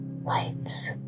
lights